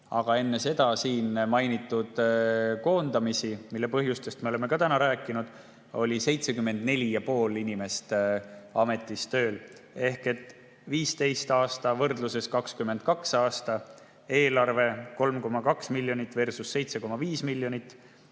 Aga enne siin mainitud koondamisi, mille põhjustest me oleme täna rääkinud, oli 74,5 inimest ametis tööl ehk 2015. aasta eelarve võrdluses 2022. aasta eelarvega on 3,2 miljonitversus7,5 miljonit